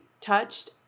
touched